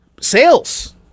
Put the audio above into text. sales